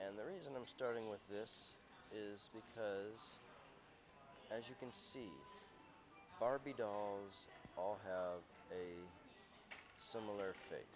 and the reason i'm starting with this is because as you can see barbie dojos all have a similar fa